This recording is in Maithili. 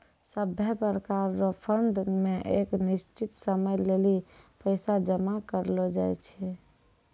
सभै प्रकार रो फंड मे एक निश्चित समय लेली पैसा जमा करलो जाय छै